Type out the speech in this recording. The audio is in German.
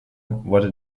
wurde